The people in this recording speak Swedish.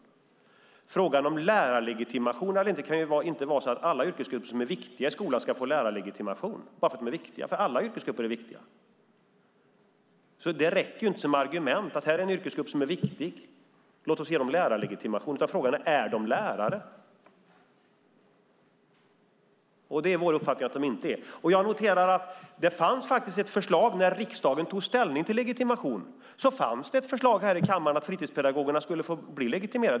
När det gäller frågan om lärarlegitimation eller inte kan det inte vara så att alla yrkesgrupper som är viktiga i skolan ska få lärarlegitimation bara för att de är viktiga. Alla yrkesgrupper är viktiga. Det räcker inte som argument att säga: Det här är en yrkesgrupp som är viktig. Låt oss ge dem lärarlegitimation! Frågan är: Är de lärare? Vår uppfattning är att de inte är det. Jag noterar att det faktiskt fanns ett förslag. När riksdagen tog ställning till legitimationen fanns det ett förslag här i kammaren om att fritidspedagogerna skulle få bli legitimerade.